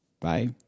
Bye